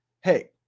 hey